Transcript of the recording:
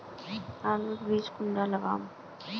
आलूर बीज कुंडा लगाम?